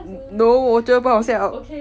no 我觉得不好笑